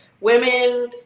women